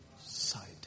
side